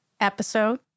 episode